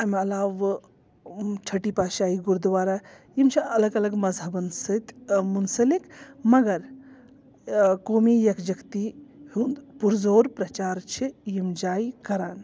اَمہِ علاوٕ چھٹی پادشاہی گُرودوارا یِم چھِ الگ الگ مذہَبَن سۭتۍ مُنسلِک مگر قومی یَکجہتی ہُنٛد پُرزور پرچار چھِ یِم جایہِ کَران